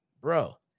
Bro